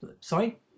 sorry